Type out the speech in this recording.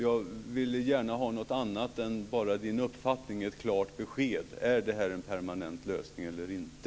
Jag vill gärna ha ett klart besked i stället för att bara höra en uppfattning. Är det här en permanent lösning eller inte?